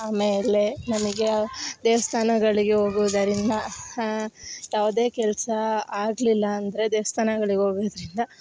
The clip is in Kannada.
ಆಮೇಲೆ ನನಗೆ ದೇವಸ್ಥಾನಗಳಿಗೆ ಹೋಗೋದರಿಂದ ಯಾವುದೇ ಕೆಲಸ ಆಗಲಿಲ್ಲಂದ್ರೆ ದೇವಸ್ಥಾನಗಳಿಗ್ ಹೋಗೋದ್ರಿಂದ